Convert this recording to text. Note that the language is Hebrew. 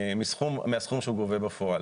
מהסכום שהוא גובה בפועל.